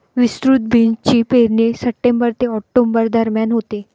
विस्तृत बीन्सची पेरणी सप्टेंबर ते ऑक्टोबर दरम्यान होते